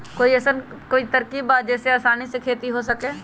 कोई अइसन कोई तरकीब बा जेसे आसानी से खेती हो सके?